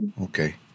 Okay